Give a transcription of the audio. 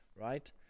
right